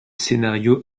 scénario